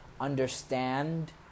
understand